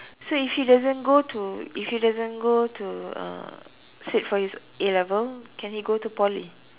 so if he doesn't go to if he doesn't go to uh sit for his A-level can he go to Poly